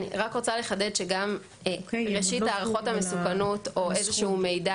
אני רוצה לחדד שאם יש לי הערכות מסוכנות או איזשהו מידע